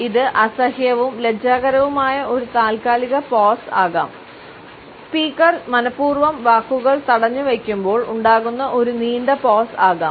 ഇത് അസഹ്യവും ലജ്ജാകരവുമായ ഒരു താൽക്കാലിക പോസ് ആകാം സ്പീക്കർ മനപൂർവ്വം വാക്കുകൾ തടഞ്ഞുവയ്ക്കുമ്പോൾ ഉണ്ടാകുന്ന ഒരു നീണ്ട പോസ് ആകാം